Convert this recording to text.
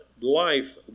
life